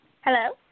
Hello